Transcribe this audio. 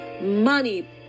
Money